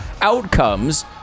outcomes